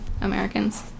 Americans